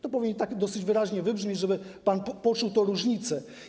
To powinno tak dosyć wyraźnie wybrzmieć, żeby pan poczuł tę różnicę.